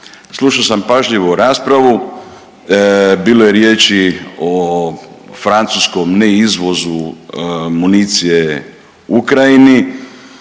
Slušao sam pažljivo raspravu. Bilo je riječi o francuskom ne izvozu municije Ukrajini.